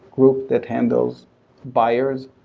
group that handles buyers,